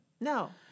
no